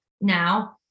now